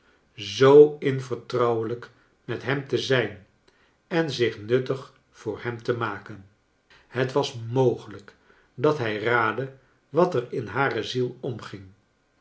zoo in vertrouwelijk met hem te zijn en zich nuttig voor hem te maken het was mogelijk dat hij raadde wat er in hare ziel omging